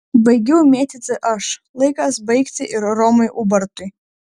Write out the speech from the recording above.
baigiau mėtyti aš laikas baigti ir romui ubartui